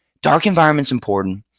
dark environment is important.